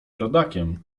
rodakiem